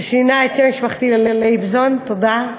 ששינה את שם משפחתי ללייבזון, תודה.